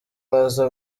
baza